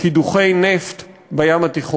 קידוחי נפט בים התיכון.